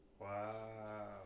Wow